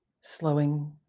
Slowing